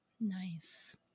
Nice